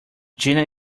gina